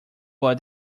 but